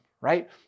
right